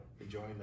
enjoying